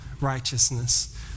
righteousness